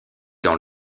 dans